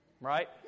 right